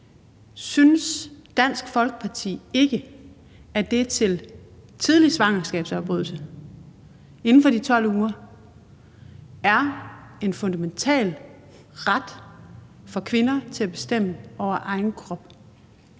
Synes Dansk Folkeparti ikke, at tidlig svangerskabsafbrydelse inden for de 12 uger er en fundamental ret for kvinder til at bestemme over egen krop?